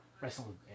Wrestling